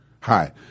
Hi